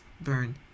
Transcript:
burn